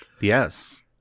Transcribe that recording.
Yes